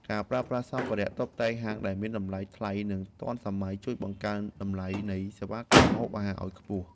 ការប្រើប្រាស់សម្ភារៈតុបតែងហាងដែលមានតម្លៃថ្លៃនិងទាន់សម័យ ជួយបង្កើនតម្លៃនៃសេវាកម្មម្ហូបអាហារឱ្យខ្ពស់។